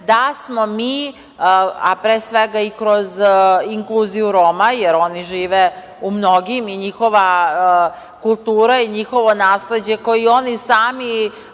da smo mi, a pre svega i kroz inkluziju Roma, jer i oni žive u mnogim, i njihova kultura i njihovo nasleđe koje oni sami,